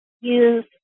use